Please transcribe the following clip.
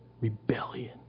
rebellion